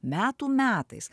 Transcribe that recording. metų metais